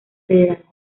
federal